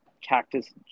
Cactus